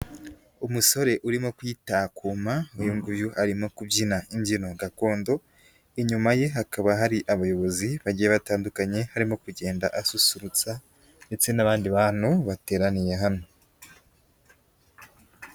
Umusore urimo kwitakuma uyu nguyu arimo kubyina imbyino gakondo, inyuma ye hakaba hari abayobozi bagiye batandukanye arimo kugenda asusurutsa ndetse n'abandi bantu bateraniye hano.